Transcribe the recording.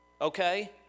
okay